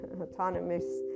autonomous